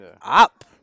up